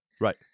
right